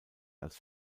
als